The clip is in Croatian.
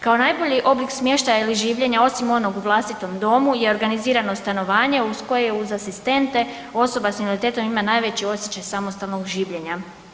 Kao najbolji oblik smještaja ili življenja osim onog u vlastitom domu je organizirano stanovanje uz koje uz asistente osoba s invaliditetom ima najveći osjećaj samostalnog življenja.